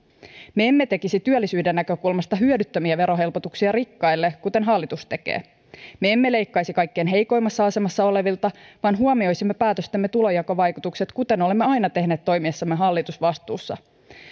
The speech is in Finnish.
me emme tekisi työllisyyden näkökulmasta hyödyttömiä verohelpotuksia rikkaille kuten hallitus tekee me emme leikkaisi kaikkein heikoimmassa asemassa olevilta vaan huomioisimme päätöstemme tulonjakovaikutukset kuten olemme aina tehneet toimiessamme hallitusvastuussa